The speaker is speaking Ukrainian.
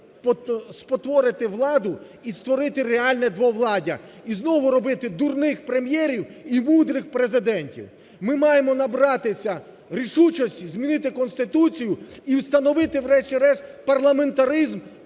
спотворити владу і створити реальне двовладдя, і знову робити дурних прем'єрів і мудрих президентів. Ми маємо набратися рішучості змінити Конституцію і встановити, врешті-решт, парламентаризм